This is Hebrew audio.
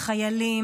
החיילים,